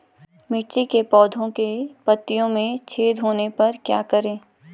मिर्ची के पौधों के पत्तियों में छेद होने पर क्या करें?